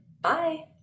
Bye